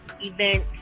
event